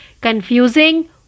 confusing